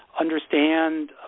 understand